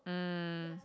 mm